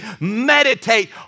meditate